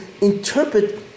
interpret